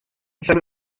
allan